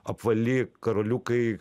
apvali karoliukai